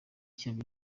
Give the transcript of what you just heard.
cyabyo